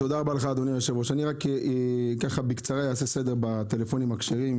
אני אעשה סדר בטלפונים הכשרים,